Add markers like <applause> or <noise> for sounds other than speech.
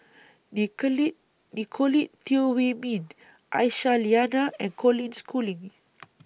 <unintelligible> Nicolette Teo Wei Min Aisyah Lyana and Colin Schooling <noise>